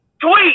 Tweet